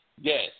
Yes